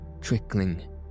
trickling